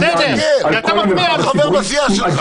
בסדר ------ מהסיעה שלך.